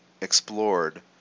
explored